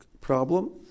problem